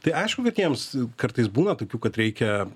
tai aišku kad jiems kartais būna tokių kad reikia